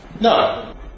No